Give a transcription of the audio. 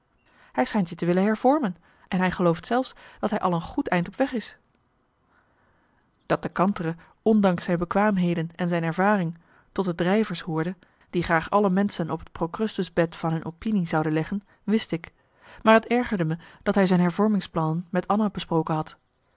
hij schijnt je te willen hervormen en hij gelooft zelfs dat hij al een goed eind op weg is dat de kantere ondanks zijn bekwaamheden en zijn ervaring tot de drijvers hoorde die graag alle menschen op het procrustus bed van hun opinie zouden leggen wist ik maar het ergerde me dat hij zijn hervormingsplannen met anna besproken had